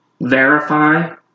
verify